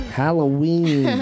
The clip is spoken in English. Halloween